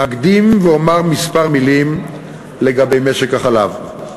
אקדים ואומר כמה מילים לגבי משק החלב.